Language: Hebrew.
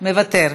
מוותר.